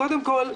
קודם כול,